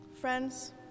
Friends